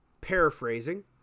paraphrasing